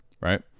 right